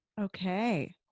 Okay